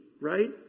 right